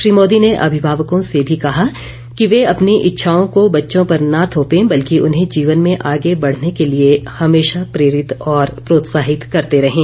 श्री मोदी ने अभिभावकों से भी कहा कि वे अपनी इच्छाओं को बच्चों पर न थोपें बल्कि उन्हें जीवन में आगे बढ़ने के लिए हमेशा प्रेरित और प्रोत्साहित करते रहें